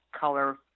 color